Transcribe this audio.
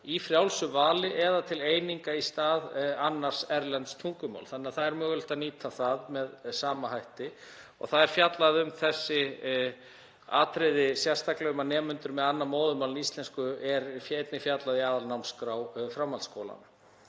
í frjálsu vali eða til eininga í stað annars erlends tungumál þannig að það er mögulegt að nýta það með sama hætti. Það er fjallað um þessi atriði sérstaklega, um nemendur með annað móðurmál en íslensku, í aðalnámskrá framhaldsskólanna.